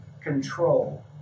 control